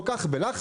כל כך בלחץ,